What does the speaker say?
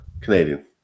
Canadian